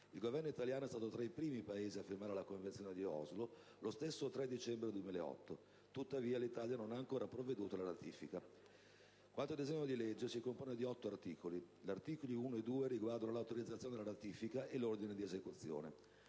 Il Governo italiano è stato tra i primi Paesi a firmare la Convenzione di Oslo lo stesso 3 dicembre 2008. Tuttavia, l'Italia non ha ancora provveduto alla ratifica. Quanto al disegno di legge, esso si compone di 8 articoli. Gli articoli 1 e 2 riguardano l'autorizzazione alla ratifica e l'ordine di esecuzione.